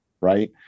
right